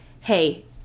hey